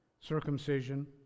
circumcision